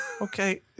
okay